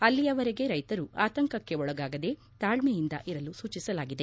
ಅಲ್ಲಿಯವರೆಗೆ ರೈತರು ಆತಂಕಕ್ಕೆ ಒಳಗಾಗದೆ ತಾಳ್ಲೆಯಿಂದ ಇರಲು ಸೂಚಿಸಲಾಗಿದೆ